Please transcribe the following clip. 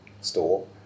store